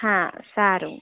હા સારું